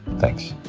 thanks